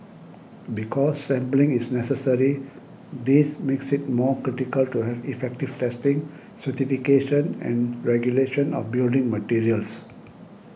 because sampling is necessary this makes it more critical to have effective testing certification and regulation of building materials